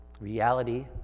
reality